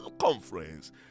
conference